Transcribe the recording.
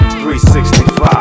365